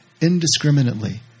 Indiscriminately